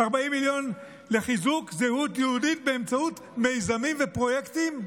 40 מיליון לחיזוק זהות יהודית באמצעות מיזמים ופרויקטים.